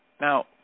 Now